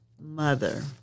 mother